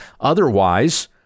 Otherwise